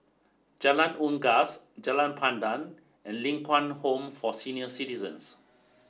Jalan Unggas Jalan Pandan and Ling Kwang Home for Senior Citizens